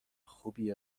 خوبی